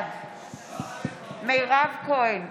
בעד מירב כהן,